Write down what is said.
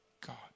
God